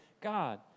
God